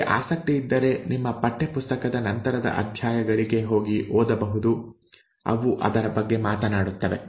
ನಿಮಗೆ ಆಸಕ್ತಿ ಇದ್ದರೆ ನಿಮ್ಮ ಪಠ್ಯಪುಸ್ತಕದ ನಂತರದ ಅಧ್ಯಾಯಗಳಿಗೆ ಹೋಗಿ ಓದಬಹುದು ಅವು ಅದರ ಬಗ್ಗೆ ಮಾತನಾಡುತ್ತವೆ